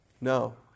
No